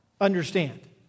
understand